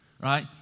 Right